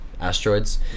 asteroids